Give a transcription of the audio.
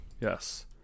Yes